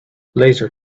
laser